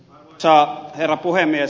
arvoisa herra puhemies